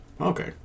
Okay